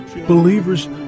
believers